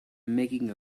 making